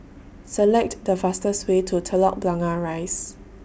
Select The fastest Way to Telok Blangah Rise